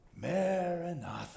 Maranatha